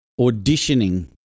auditioning